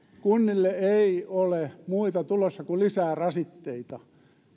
kunnille ei ole muuta tulossa kuin lisää rasitteita